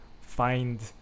find